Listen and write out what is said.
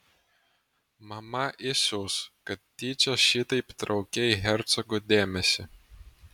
mama įsius kad tyčia šitaip traukei hercogo dėmesį